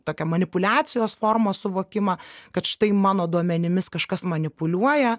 tokia manipuliacijos formos suvokimą kad štai mano duomenimis kažkas manipuliuoja